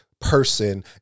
person